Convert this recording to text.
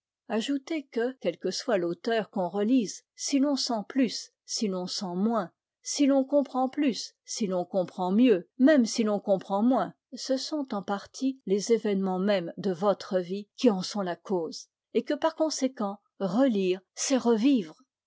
ajoutez que quel que soit l'auteur qu'on relise si l'on sent plus si l'on sent moins si l'on comprend plus si l'on comprend mieux même si l'on comprend moins ce sont en partie les événements mêmes de de votre vie qui en sont la cause et que par conséquent relire c'est revivre